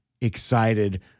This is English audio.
excited